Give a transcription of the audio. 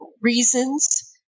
reasons